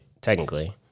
Technically